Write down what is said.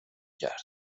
کرد